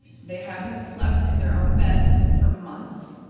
they haven't slept in their own bed for months,